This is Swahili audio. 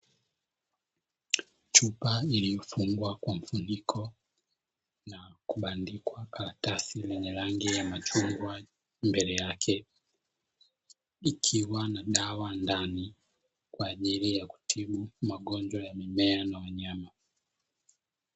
Chupa iliyofungwa kwa mfuniko, na kubandikwa karatasi lenye rangi ya machungwa mbele yake, ikiwa na dawa ndani kwa ajili ya kutibu magonjwa ya mimea na wanyama.